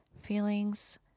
feelings